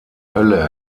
hölle